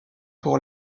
pour